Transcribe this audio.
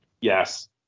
Yes